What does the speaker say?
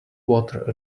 water